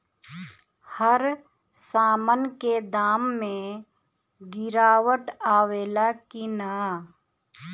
हर सामन के दाम मे गीरावट आवेला कि न?